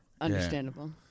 understandable